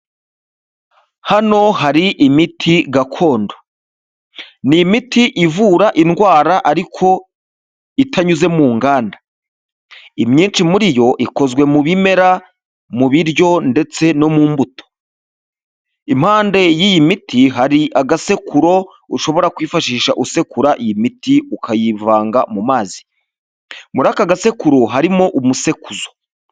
Hano hari imiti gakondo, ni imiti ivura indwara ariko itanyuze mu nganda, imyinshi muri yo ikozwe mu bimera, mu biryo ndetse no mu mbuto, impande y'iyi miti hari agasekuro ushobora kwifashisha usekura iyi miti ukayivanga mu mazi, muri aka gasekuro harimo umusekuzo.